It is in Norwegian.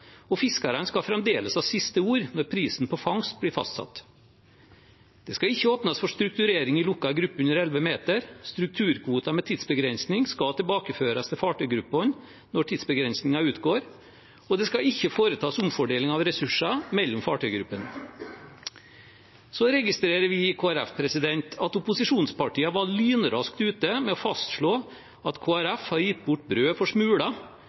og fiskerne skal fremdeles ha siste ord når prisen på fangst blir fastsatt. Det skal ikke åpnes for strukturering i lukket gruppe under 11 meter. Strukturkvoter med tidsbegrensning skal tilbakeføres til fartøygruppene når tidsbegrensningen utgår, og det skal ikke foretas omfordeling av ressurser mellom fartøygruppene. Så registrerer vi i Kristelig Folkeparti at opposisjonspartiene var lynraskt ute med å fastslå at Kristelig Folkeparti har gitt bort brød for smuler,